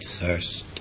thirst